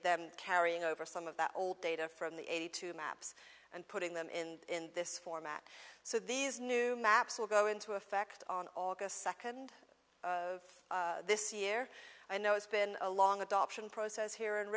simply carrying over some of that old data from the eighty two maps and putting them in this format so these new maps will go into effect on august second this year i know it's been a long adoption process here in